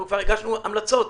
אנחנו כבר הגשנו המלצות.